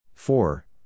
Four